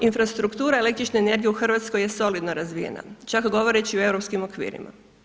Infrastruktura električne energije u Hrvatskoj je solidno razvijena, čak govoreći u europskih okvirima.